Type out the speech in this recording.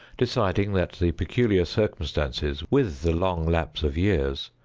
deciding that the peculiar circumstances, with the long lapse of years,